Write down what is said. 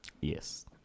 Yes